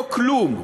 לא כלום.